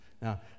Now